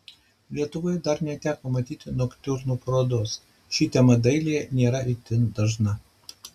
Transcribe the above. lietuvoje dar neteko matyti noktiurnų parodos ši tema dailėje nėra itin dažna